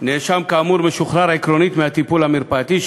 נאשם כאמור משוחרר עקרונית מהטיפול המרפאתי,